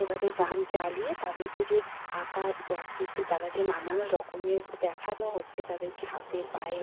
এবারে গান চালিয়ে তাদেরকে যে আকার আকৃতি তারা যে নানান রকমের দেখানো হচ্ছে তাদেরকে হাতে পায়ে